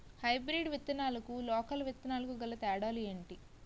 Hybrid విత్తనాలకు local విత్తనాలకు గల తేడాలు ఏంటి?